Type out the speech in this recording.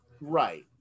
right